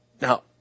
Now